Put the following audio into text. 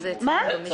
.